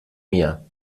mir